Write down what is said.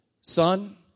Son